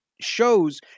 shows